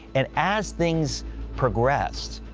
and as things progressed,